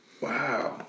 Wow